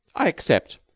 i accept.